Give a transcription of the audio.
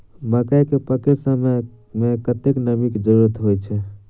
मकई केँ पकै समय मे कतेक नमी केँ जरूरत होइ छै?